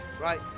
Right